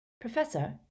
Professor